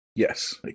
Yes